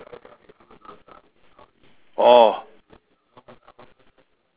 oh